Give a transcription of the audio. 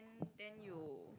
then you